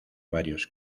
varios